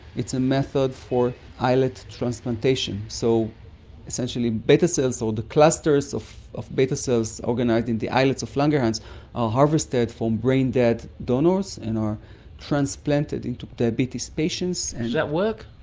it's a method for islet transportation. so essentially beta cells or the clusters of of beta cells organised in the islets of langerhans are harvested from brain-dead donors and are transplanted into diabetes patients. does that work?